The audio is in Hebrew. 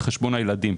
על חשבון הילדים.